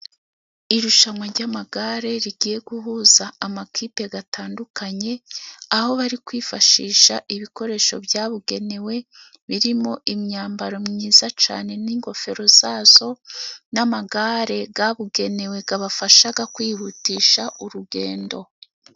Irushanwa ry'amagare rigiye guhuza amakipe atandukanye, aho bari kwifashisha ibikoresho byabugenewe birimo: imyambaro myiza cyane, n'ingofero zazo, n'amagare yabugenewe abafasha kwihutisha urugendo.